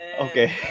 Okay